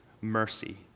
mercy